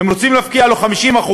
הם רוצים להפקיע לו 50%